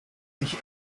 sich